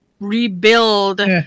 rebuild